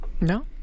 No